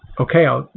okay,